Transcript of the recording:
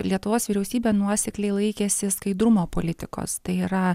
lietuvos vyriausybė nuosekliai laikėsi skaidrumo politikos tai yra